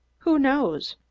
who knows?